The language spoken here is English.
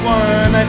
one